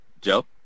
Joe